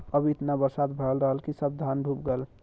अब एतना बरसात भयल रहल कि सब धान डूब गयल